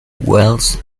wells